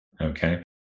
okay